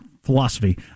philosophy